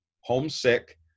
homesick